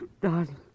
darling